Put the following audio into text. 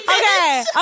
okay